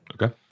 Okay